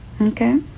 Okay